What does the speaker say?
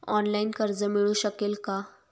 Online कर्ज मिळू शकेल का?